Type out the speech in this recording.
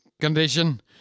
condition